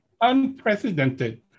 unprecedented